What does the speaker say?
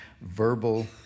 verbal